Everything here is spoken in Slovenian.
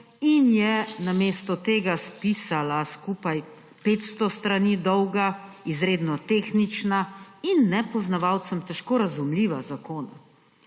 in je namesto tega spisala skupaj 500 strani dolga, izredno tehnična in nepoznavalcem težko razumljiva zakona.